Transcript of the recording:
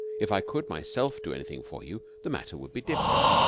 if i could myself do anything for you, the matter would be different.